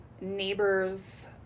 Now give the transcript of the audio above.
Neighbors